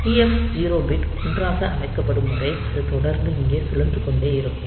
TF0 bit 1 ஆக அமைக்கப்படும் வரை இது தொடர்ந்து இங்கே சுழன்று கொண்டே இருக்கும்